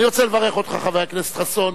אני רוצה לברך אותך, חבר הכנסת חסון,